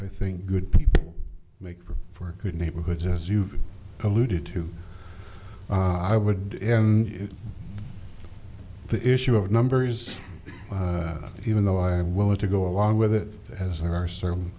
i think good people make for good neighborhoods as you've alluded to i would and the issue of numbers even though i am willing to go along with it as there are